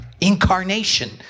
incarnation